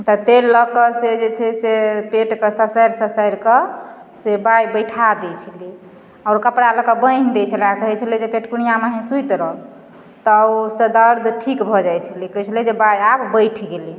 तऽ तेल लऽ कऽ से जे छै से पेटके ससारि ससारिके से बाइ बैठा दै छलै आओर कपड़ा लऽकऽ बान्हि दै छलै आओर कहै छलै जे पेटकुनिया मुँहें सुति रहऽ तऽ ओहिसँ दर्द ठीक भऽ जाइ छलै कहै छलै जे बाइ आब बैठि गेलै